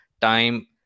time